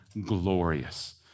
glorious